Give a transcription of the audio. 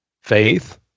faith